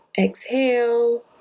exhale